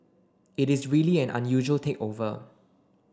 it is really an unusual takeover